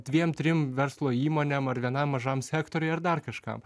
dviem trim verslo įmonėm ar vienam mažam sektoriui ar dar kažkam